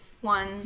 one